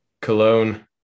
Cologne